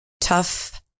tough